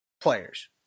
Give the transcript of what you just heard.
players